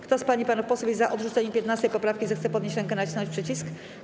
Kto z pań i panów posłów jest za odrzuceniem 15. poprawki, zechce podnieść rękę i nacisnąć przycisk.